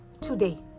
today